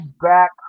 back